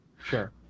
Sure